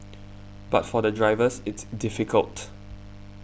but for the drivers it's difficult